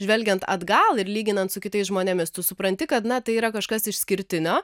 žvelgiant atgal ir lyginant su kitais žmonėmis tu supranti kad na tai yra kažkas išskirtinio